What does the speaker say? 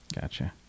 Gotcha